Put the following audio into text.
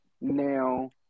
Now